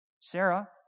Sarah